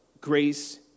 grace